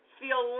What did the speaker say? feel